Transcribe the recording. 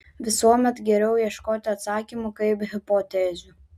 visuomet geriau ieškoti atsakymų kaip hipotezių